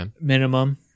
minimum